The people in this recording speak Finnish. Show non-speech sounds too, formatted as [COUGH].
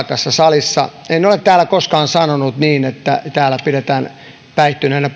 [UNINTELLIGIBLE] tässä salissa en ole täällä koskaan sanonut niin että täällä pidetään päihtyneenä [UNINTELLIGIBLE]